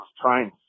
trying